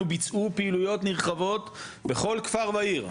ביצעו פעילויות נרחבות בכל כפר ועיר.